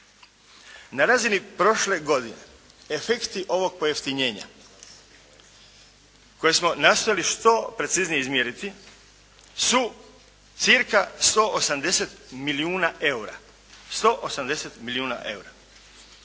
Na razini prošle godine efekti ovog pojeftinjenja koje smo nastojali što preciznije izmjeriti su cca 180 milijuna eura.